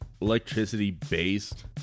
electricity-based